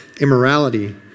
immorality